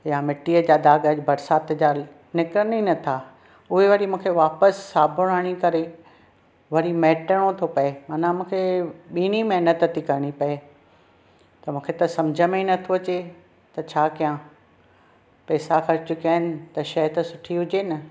या मिट्टी जा दाग़ बरसात जा निकिरनि ई न था उहे वरी मूंखे वापसि साबुण हणी करे वरी महिटणों थो पए माना मूंखे ॿीणीं महिनत थी करणी पए त मूंखे त समझ में ई न थो अचे त छा कयां पैसा ख़र्चु कयां आहिनि त शइ त सुठी हुजे न